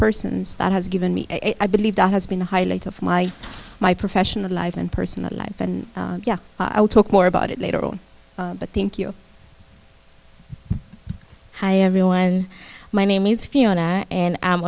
persons that has given me i believe that has been the highlight of my my professional life and personal life and yeah i'll talk more about it later on but thank you hi everyone my name is fiona and i